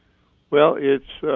well, it's.